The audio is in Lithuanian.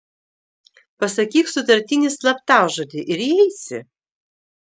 pasakyk sutartinį slaptažodį ir įeisi